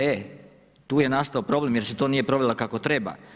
E tu je nastao problem je se to nije provelo kako treba.